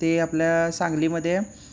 ते आपल्या सांगलीमध्ये